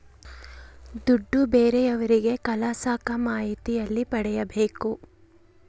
ದುಡ್ಡು ಬೇರೆಯವರಿಗೆ ಕಳಸಾಕ ಮಾಹಿತಿ ಎಲ್ಲಿ ಪಡೆಯಬೇಕು?